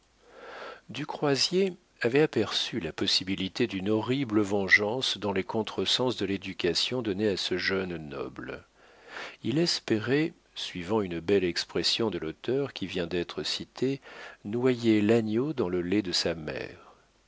du croisier avait aperçu la possibilité d'une horrible vengeance dans les contre-sens de l'éducation donnée à ce jeune noble il espérait suivant une belle expression de l'auteur qui vient d'être cité noyer l'agneau dans le lait de sa mère